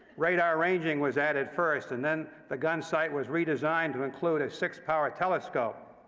radar ranging was added first, and then the gunsight was redesigned to include a six-power telescope.